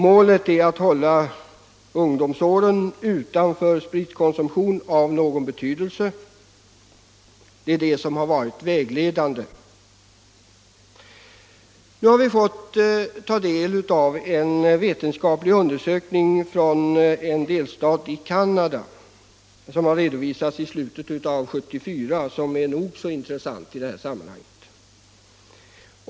Målet är att hålla ungdomsåren utanför spritkonsumtion av någon betydelse. Den inställningen har varit vägledande. En vetenskaplig undersökning från en delstat i Canada som redovisades i slutet av 1974 är nog så intressant i detta sammanhang.